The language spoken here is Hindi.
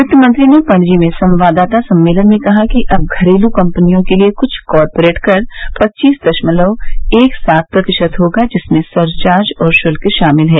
वित्त मंत्री ने पणजी में संवाददाता सम्मेलन में कहा कि अब घरेलू कम्पनियों के लिए कुल कॉरपोरेट कर पच्चीस दशमलव एक सात प्रतिशत होगा जिसमें सरचार्ज और शुल्क शामिल है